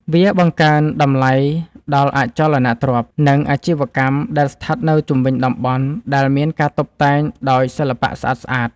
វាបង្កើនតម្លៃដល់អចលនទ្រព្យ និងអាជីវកម្មដែលស្ថិតនៅជុំវិញតំបន់ដែលមានការតុបតែងដោយសិល្បៈស្អាតៗ។